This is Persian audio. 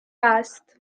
است